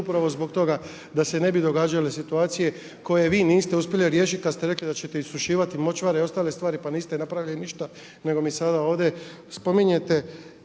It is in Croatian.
upravo zbog toga da se ne bi događale situacije koje vi niste uspjeli riješiti kada ste rekli da ćete isušivati močvare i ostale stvari pa niste napravili ništa nego mi sada ovdje spominjete.